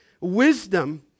wisdom